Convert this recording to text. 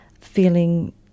feeling